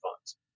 funds